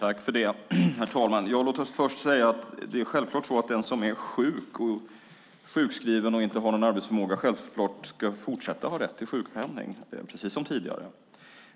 Herr talman! Låt oss först säga att det är självklart att den som är sjuk och inte har någon arbetsförmåga ska ha fortsatt rätt till sjukpenning, precis som tidigare.